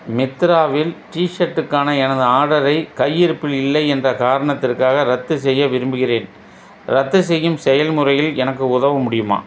மித்திரா வில் டி ஷர்ட்டுக்கான எனது ஆர்டரை கையிருப்பில் இல்லை என்ற காரணத்திற்காக ரத்து செய்ய விரும்புகிறேன் ரத்துசெய்யும் செயல்முறையில் எனக்கு உதவ முடியுமா